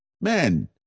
man